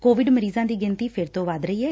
Covid ਮਰੀਜ਼ਾਂ ਦੀ ਗਿਣਤੀ ਫਿਰ ਤੋਂ ਵੱਧ ਰਹੀ ਐ